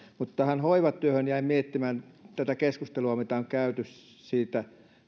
mutta tähän hoivatyöhön jäin miettimään tätä keskustelua mitä on käyty siitä